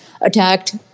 attacked